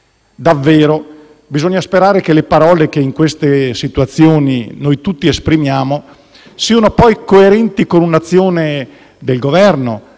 davvero bisogna sperare che le parole, che in situazioni del genere noi tutti esprimiamo, siano poi coerenti con un'azione del Governo,